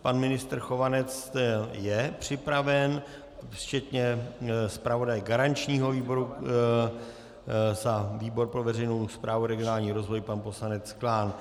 Pan ministr Chovanec je připraven včetně zpravodaje garančního výboru za výbor pro veřejnou správu a regionální rozvoj pan poslanec Klán.